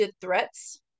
threats